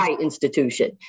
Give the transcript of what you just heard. institution